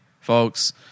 folks